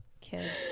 kids